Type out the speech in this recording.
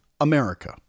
America